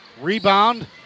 Rebound